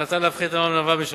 אתה מאמין שצריך להפחית מס הכנסה?